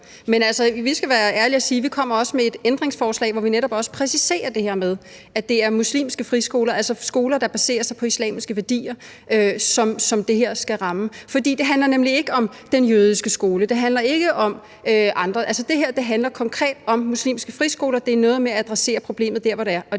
kommer med et ændringsforslag, hvor vi netop præciserer det her med, at det er muslimske friskoler, altså skoler, der baserer sig på islamiske værdier, som det her skal ramme. For det handler nemlig ikke om den jødiske skole, det handler ikke om andre. Altså, det her handler konkret om muslimske friskoler, og det er noget med at adressere problemet der, hvor det er,